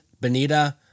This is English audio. Benita